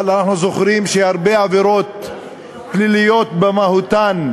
אבל אנחנו זוכרים שהרבה עבירות פליליות במהותן,